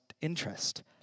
interest